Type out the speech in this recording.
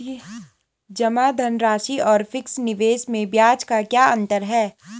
जमा धनराशि और फिक्स निवेश में ब्याज का क्या अंतर है?